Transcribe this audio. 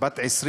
בת 20